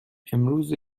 امروز